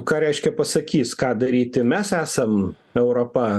ką reiškia pasakys ką daryti mes esam europa